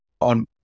on